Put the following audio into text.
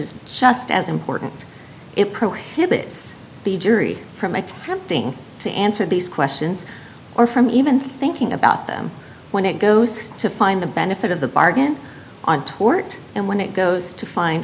is just as important it prohibits the jury from attempting to answer these questions or from even thinking about the when it goes to find the benefit of the bargain on tort and when it goes to find